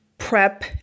prep